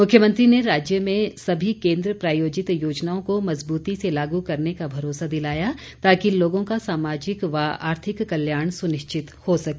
मुख्यमंत्री ने राज्य में सभी केन्द्र प्रायोजित योजनाओं को मजबूती से लागू करने का भरोसा दिलाया ताकि लोगों का सामाजिक व आर्थिक कल्याण सुनिश्चित हो सके